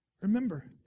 Remember